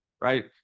right